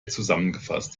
zusammengefasst